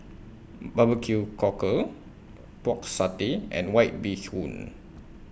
Barbecue Cockle Pork Satay and White Bee Hoon